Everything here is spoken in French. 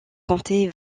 comptait